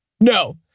No